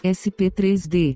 sp3d